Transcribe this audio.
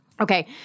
Okay